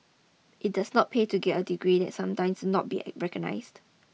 it does not pay to get degrees that sometimes not be recognised